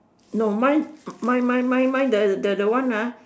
no mine mine mine mine mine the the one